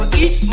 eat